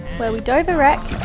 where we dove a wreck.